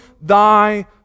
Thy